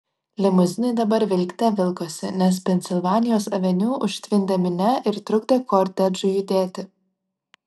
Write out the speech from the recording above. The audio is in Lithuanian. limuzinai dabar vilkte vilkosi nes pensilvanijos aveniu užtvindė minia ir trukdė kortežui judėti